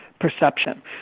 perception